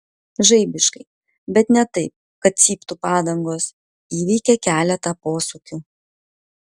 žaibiškai bet ne taip kad cyptų padangos įveikė keletą posūkių